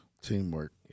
Teamwork